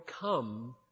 come